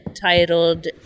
titled